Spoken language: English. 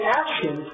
action